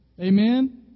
Amen